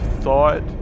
thought